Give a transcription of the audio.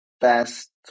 best